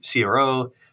CRO